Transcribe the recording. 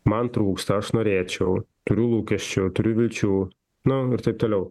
man trūksta aš norėčiau turiu lūkesčių turiu vilčių nu ir taip toliau